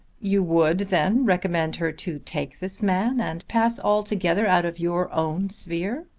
you would then recommend her to take this man, and pass altogether out of your own sphere?